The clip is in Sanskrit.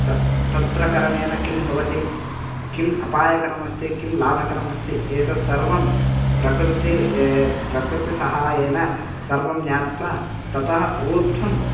त तत्र करणेन किं भवति किम् अपायकरमस्ति किं लाभकरम् अस्ति एतत् सर्वं प्रकृतेः प्रकृतिसहायेन सर्वं ज्ञात्वा ततः ऊर्ध्वम्